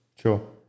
Sure